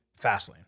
Fastlane